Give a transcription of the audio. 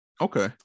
Okay